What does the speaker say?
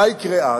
מה יקרה אז?